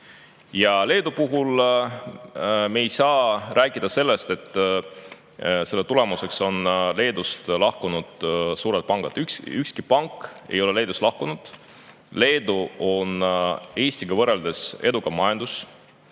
Ja Leedu puhul me ei saa rääkida sellest, et selle tulemuseks on suurte pankade lahkumine Leedust. Ükski pank ei ole Leedust lahkunud. Leedus on Eestiga võrreldes edukam majandus.